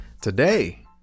Today